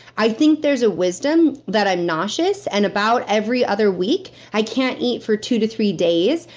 i think there's a wisdom, that i'm nauseous, and about every other week, i can't eat for two to three days.